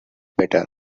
better